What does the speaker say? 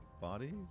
bodies